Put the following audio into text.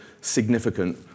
significant